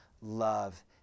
love